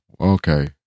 okay